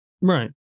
Right